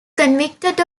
convicted